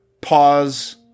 pause